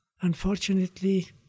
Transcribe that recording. unfortunately